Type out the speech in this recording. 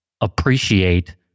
appreciate